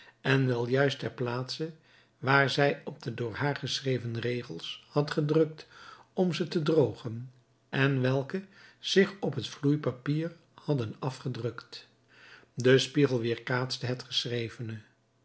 en wel juist ter plaatse waar zij op de door haar geschreven regels had gedrukt om ze te drogen en welke zich op het vloeipapier hadden afgedrukt de spiegel weerkaatste het geschrevene